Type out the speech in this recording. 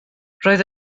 roedd